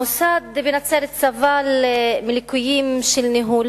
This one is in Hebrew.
המוסד בנצרת סבל מליקויים של ניהול